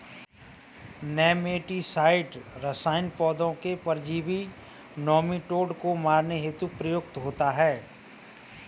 nematicide रसायन पौधों के परजीवी नोमीटोड को मारने हेतु प्रयुक्त होता है